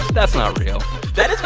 that's not real that is